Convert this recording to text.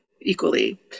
equally